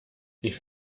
ich